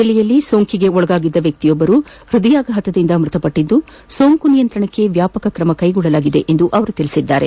ಜಿಲ್ಲೆಯಲ್ಲಿ ಸೋಂಕಿಗೆ ಒಳಗಾಗಿದ್ದ ವ್ಯಕ್ತಿಯೊಬ್ಬರು ಹೃದಯಾಘಾತದಿಂದ ಮೃತಪಟ್ಟದ್ದು ಸೋಂಕು ನಿಯಂತ್ರಣಕ್ಕೆ ವ್ಯಾಪಕ ಕ್ರಮಗಳನ್ನು ಕೈಗೊಳ್ಳಲಾಗಿದೆ ಎಂದು ಅವರು ಹೇಳಿದ್ದಾರೆ